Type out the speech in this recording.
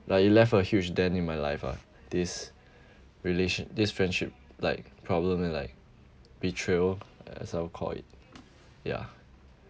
like it left a huge dent in my life ah this relation~ this friendship like problem and like betrayal as I will call it ya